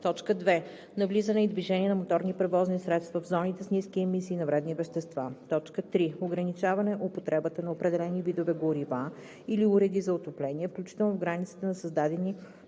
2. навлизане и движение на моторни превозни средства в зоните с ниски емисии на вредни вещества; 3. ограничаване употребата на определени видове горива или уреди за отопление, включително в границите на създадени